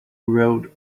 road